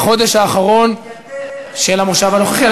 בחודש האחרון של המושב הנוכחי.